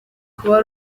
kuba